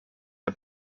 der